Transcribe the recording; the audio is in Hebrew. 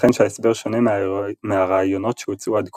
ייתכן שההסבר שונה מהרעיונות שהוצעו עד כה.